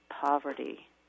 poverty